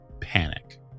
panic